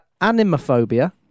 Animophobia